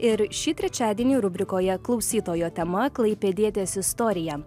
ir šį trečiadienį rubrikoje klausytojo tema klaipėdietės istoriją